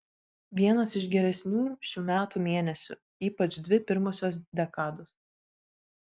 vienas iš geresnių šių metų mėnesių ypač dvi pirmosios dekados